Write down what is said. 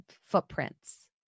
footprints